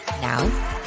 Now